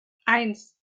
eins